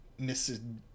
Mrs